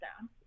down